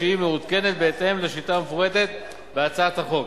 כשהיא מעודכנת בהתאם לשיטה המפורטת בהצעת החוק.